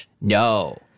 No